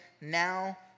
now